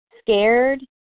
scared